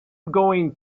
going